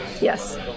Yes